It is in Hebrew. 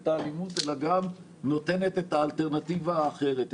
האלימות אלא גם נותנת את האלטרנטיבה האחרת,